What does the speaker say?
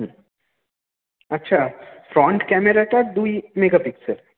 হুম আচ্ছা ফ্রন্ট ক্যামেরাটা দুই মেগা পিক্সেল